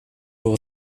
door